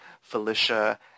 Felicia